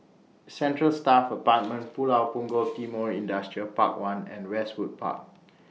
Central Staff Apartment Pulau Punggol Timor Industrial Park one and Westwood Walk